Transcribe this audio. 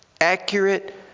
accurate